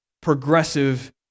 Progressive